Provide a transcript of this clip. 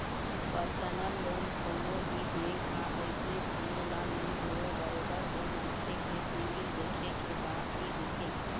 personal loan कोनो भी bank ह अइसने कोनो ल नइ देवय बरोबर ओ मनखे के सिविल देखे के बाद ही देथे